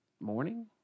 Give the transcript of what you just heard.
morning